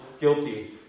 guilty